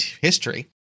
history